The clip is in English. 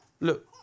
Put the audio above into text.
look